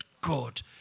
God